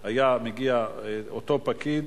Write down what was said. היה מגיע אותו פקיד,